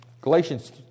Galatians